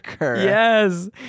Yes